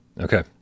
Okay